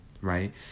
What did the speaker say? right